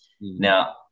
Now